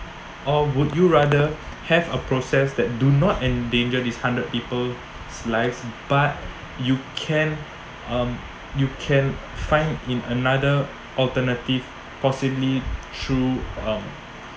or would you rather have a process that do not endanger these hundred people's lives but you can um you can find in another alternative possibly through um